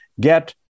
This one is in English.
get